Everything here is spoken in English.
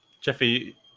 Jeffy